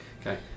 okay